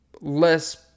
less